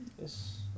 Yes